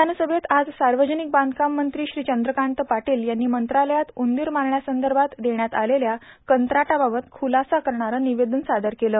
विधानसभेत आज सार्वजनिक बांधकाम मंत्री श्री चंद्रकांत पाटील यांनी मंत्रालयात उंदीर मारण्यासंदर्भात देण्यात आलेल्या कंत्राटाबाबत खुलासा करणारं निवेदन सादर केलं